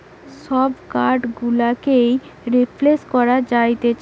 সব কার্ড গুলোকেই রিপ্লেস করা যাতিছে